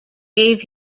gave